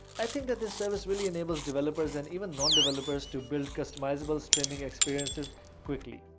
i think that the service really enables developers and even non-developers to build customizable streaming experiences quickly.